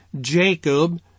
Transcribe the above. Jacob